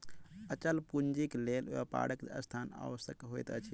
अचल पूंजीक लेल व्यापारक स्थान आवश्यक होइत अछि